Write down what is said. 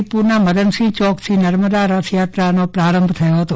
આદિપુરના મદનસિંહ ચોકથી નર્મદા રથયાત્રાનો પ્રારંભ થયોહતો